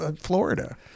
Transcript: Florida